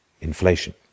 inflation